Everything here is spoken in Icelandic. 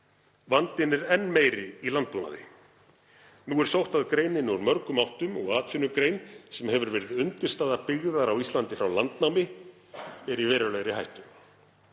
Vandinn er enn meiri í landbúnaði. Sótt er að greininni úr mörgum áttum og atvinnugrein sem hefur verið undirstaða byggðar á Íslandi frá landnámi er í verulegri hættu.